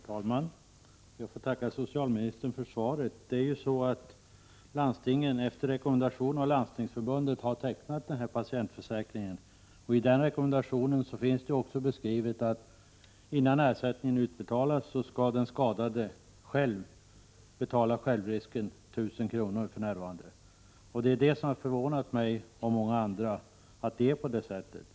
Herr talman! Jag får tacka socialministern för svaret. Landstingen har tecknat patientförsäkringen efter rekommendation av Landstingsförbundet, och i den rekommendationen finns det inskrivet att innan ersättningen utbetalas skall den skadade betala självrisken, för närvarande 1 000 kr. Det har förvånat mig och många andra att det är på det sättet.